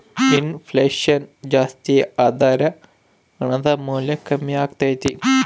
ಇನ್ ಫ್ಲೆಷನ್ ಜಾಸ್ತಿಯಾದರ ಹಣದ ಮೌಲ್ಯ ಕಮ್ಮಿಯಾಗತೈತೆ